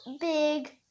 big